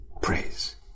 praise